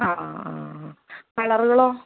ആ ആ ആ കളറുകളോ